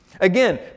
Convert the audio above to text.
Again